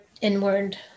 inward